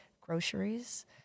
groceries